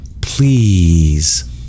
please